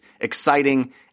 exciting